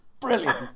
Brilliant